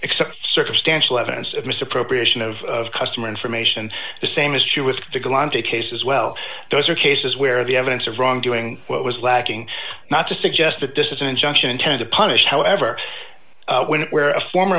except circumstantial evidence of misappropriation of customer information the same is true with pickle and a case as well those are cases where the evidence of wrongdoing what was lacking not to suggest that this is an injunction intended to punish however when where a former